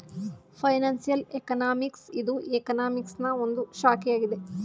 financial economics ಇದು ಎಕನಾಮಿಕ್ಸನಾ ಒಂದು ಶಾಖೆಯಾಗಿದೆ